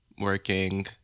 working